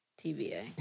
TBA